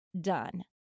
done